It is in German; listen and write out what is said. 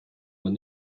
man